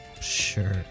Sure